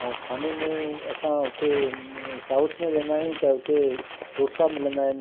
ऐं खाने में असां हुते साउथ में वेंदा आहियूं हुते ढोसा मिलंदा इन